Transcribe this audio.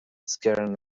scaring